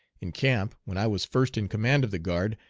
in camp, when i was first in command of the guard,